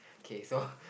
okay so